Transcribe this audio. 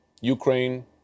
Ukraine